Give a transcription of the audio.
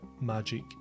magic